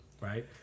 right